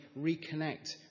reconnect